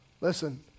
Listen